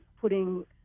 putting